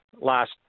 last